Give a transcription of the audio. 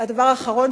הדבר האחרון